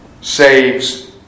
saves